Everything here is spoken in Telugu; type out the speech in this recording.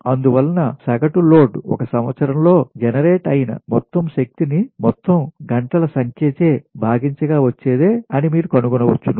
అందువలన సగటు లోడ్ 1 సంవత్సరంలో జెనెరేట్ అయిన మొత్తం శక్తి ని మొత్తం గంటల సంఖ్య చే భాగించగా వచ్చేదే అని మీరు కనుగొనవచ్చును